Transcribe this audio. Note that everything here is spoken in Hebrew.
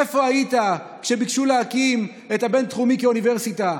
איפה היית כשביקשו להקים את הבינתחומי כאוניברסיטה?